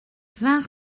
vingt